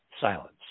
silence